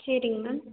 சேரிங்க மேம்